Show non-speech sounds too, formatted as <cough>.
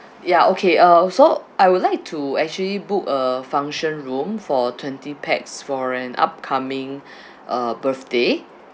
<breath> ya okay uh so I would like to actually book a function room for twenty pax for an upcoming <breath> uh birthday